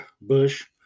bush